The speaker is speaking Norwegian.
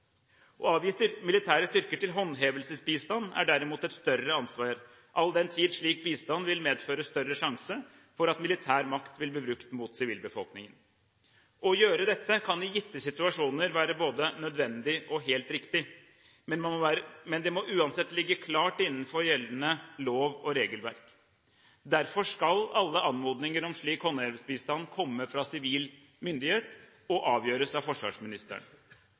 Å avgi militære styrker til håndhevelsesbistand er derimot et større ansvar, all den tid slik bistand vil medføre større sjanse for at militær makt vil bli brukt mot sivilbefolkningen. Å gjøre dette kan i gitte situasjoner være både nødvendig og helt riktig, men det må uansett ligge klart innenfor gjeldende lov- og regelverk. Derfor skal alle anmodninger om slik håndhevelsesbistand komme fra sivil myndighet og avgjøres av forsvarsministeren.